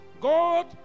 God